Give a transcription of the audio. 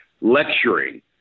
Lecturing